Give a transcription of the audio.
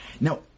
Now